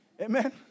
Amen